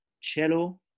cello